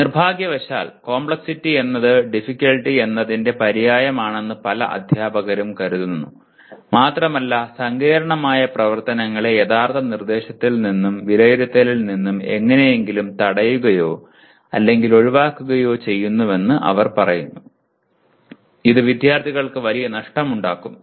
നിർഭാഗ്യവശാൽ കോംപ്ലക്സിറ്റി എന്നത് ടിഫിക്കൽറ്റി എന്നത്തിൻറെ പര്യായമാണെന്ന് പല അധ്യാപകരും കരുതുന്നു മാത്രമല്ല സങ്കീർണ്ണമായ പ്രവർത്തനങ്ങളെ യഥാർത്ഥ നിർദ്ദേശത്തിൽ നിന്നും വിലയിരുത്തലിൽ നിന്നും എങ്ങനെയെങ്കിലും തടയുകയോ അല്ലെങ്കിൽ ഒഴിവാക്കുകയോ ചെയ്യുന്നുവെന്ന് അവർ പറയുന്നു ഇത് വിദ്യാർത്ഥികൾക്ക് വലിയ നഷ്ടമുണ്ടാക്കും